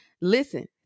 listen